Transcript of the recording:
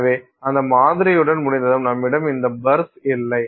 எனவே அந்த மாதிரியுடன் முடிந்ததும் நம்மிடம் எந்த பரஸ் இல்லை